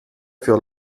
für